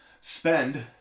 spend